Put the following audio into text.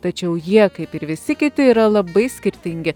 tačiau jie kaip ir visi kiti yra labai skirtingi